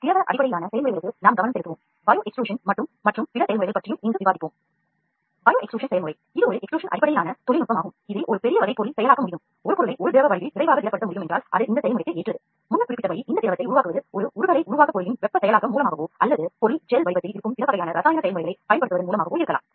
சிறிது காலம் சென்ற பின்னர் அது சிதைந்து உடலோடு இணைய வேண்டும்